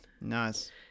Nice